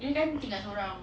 dia kan tinggal sorang